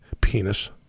penis